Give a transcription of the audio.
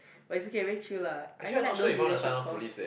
but it's okay very chill lah I only like those leadership course